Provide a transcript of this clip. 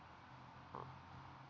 mm